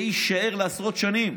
זה יישאר לעשרות שנים.